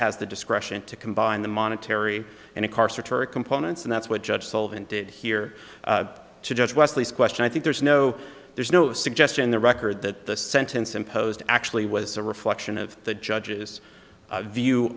has the discretion to combine the monetary and incarcerate her components and that's what judge solvent did here to judge wesley's question i think there's no there's no suggestion the record that the sentence imposed actually was a reflection of the judge's view